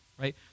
right